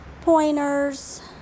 pointers